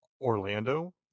Orlando